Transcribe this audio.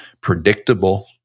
predictable